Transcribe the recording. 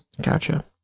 Gotcha